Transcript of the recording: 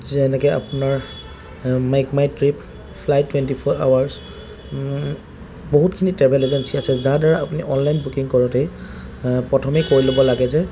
যেনেকে আপোনাৰ Make My Trip fly twenty four hours বহুতখিনি ট্ৰেভেল এজেঞ্চি আছে যাৰ দ্বাৰা আপুনি অনলাইন বুকিং কৰোঁতেই প্ৰথমেই কৈ ল'ব লাগে যে